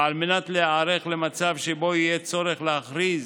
ועל מנת להיערך למצב שבו יהיה צורך להכריז